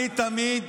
אני תמיד,